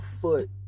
foot